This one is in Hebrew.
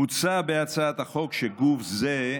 מוצע בהצעת החוק שגוף זה,